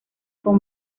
con